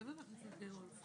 הישיבה ננעלה בשעה 11:00.